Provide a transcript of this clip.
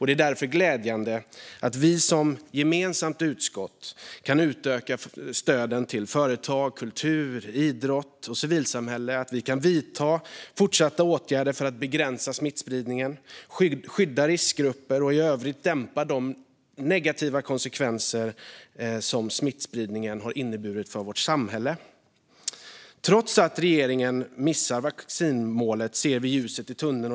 Det är därför glädjande att ett gemensamt utskott kan utöka stöden till företag, kultur, idrott och civilsamhälle och även i fortsättningen vidta åtgärder för att begränsa smittspridning, skydda riskgrupper och i övrigt dämpa de negativa konsekvenser som smittspridningen har inneburit för vårt samhälle. Trots att regeringen missar vaccinationsmålet ser vi ljuset i tunneln.